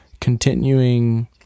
continuing